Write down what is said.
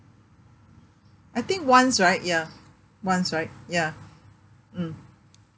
I think once right ya once right ya mm